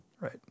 Right